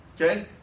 Okay